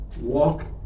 Walk